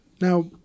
Now